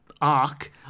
arc